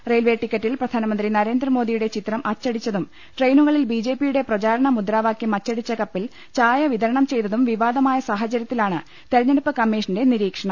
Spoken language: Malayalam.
റെയിൽവേ ടിക്കറ്റിൽ പ്രധാനമന്ത്രി നരേന്ദ്ര മോദിയുടെ ചിത്രം അ ച്ചടിച്ചതും ട്രെയിനുകളിൽ ബിജെപിയുടെ പ്രചാരണ മുദ്രാവാക്യം അച്ചടിച്ച കപ്പിൽ ചായ വിതരണം ചെയ്തതും വിവാദമായ സാഹ ചര്യത്തിലാണ് തിരഞ്ഞെടുപ്പ് കമ്മീഷന്റെ നിരീക്ഷണം